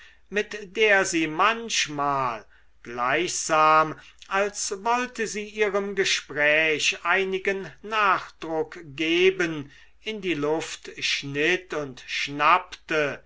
mit der sie manchmal gleichsam als wollte sie ihrem gespräch einigen nachdruck geben in die luft schnitt und schnippte